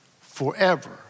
forever